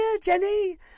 Jenny